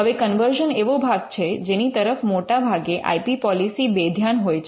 હવે કન્વર્શન એવો ભાગ છે જેની તરફ મોટા ભાગે આઇ પી પૉલીસી બેધ્યાન હોય છે